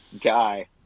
guy